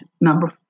Number